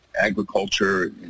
agriculture